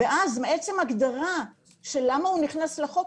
ואז מעצם ההגדרה למה הוא נכנס לחוק,